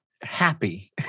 Happy